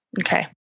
Okay